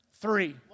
three